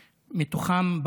מתוכם,